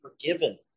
forgiven